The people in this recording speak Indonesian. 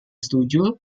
setuju